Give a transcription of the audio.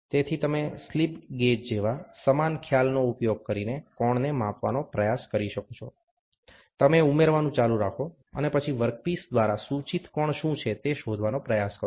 તેથી તમે slip gauge જેવા સમાન ખ્યાલનો ઉપયોગ કરીને કોણને માપવાનો પ્રયાસ કરી શકો છો તમે ઉમેરવાનું ચાલુ રાખો અને પછી વર્કપીસ દ્વારા સૂચિત કોણ શું છે તે શોધવાનો પ્રયાસ કરો